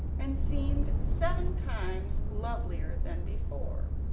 and seemed seven times lovelier than before.